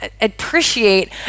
appreciate